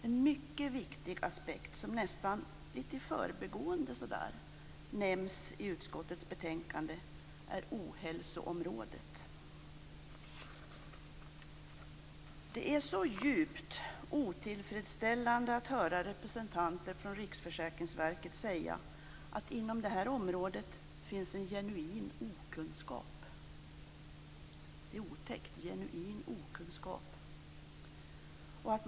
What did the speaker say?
En mycket viktig aspekt som nästan lite i förbigående nämns i utskottets betänkande är ohälsoområdet. Det är verkligen djupt otillfredsställande att höra representanter från Riksförsäkringsverket säga att det inom det här området finns en genuin okunskap - genuin okunskap; det är otäckt.